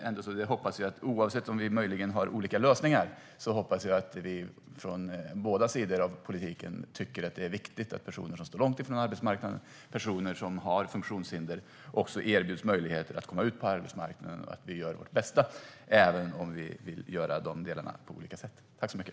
Även om vi möjligen har olika lösningar hoppas jag att vi på båda sidor i politiken tycker att det är viktigt att personer som står långt från arbetsmarknaden och har funktionshinder erbjuds möjligheter att komma ut på arbetsmarknaden och att vi gör vårt bästa, även om vi vill göra dessa delar på olika sätt.